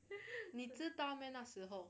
你知道咩那时候